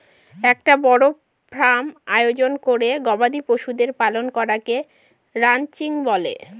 একটা বড় ফার্ম আয়োজন করে গবাদি পশুদের পালন করাকে রানচিং বলে